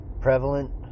Prevalent